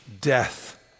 Death